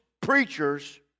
Preachers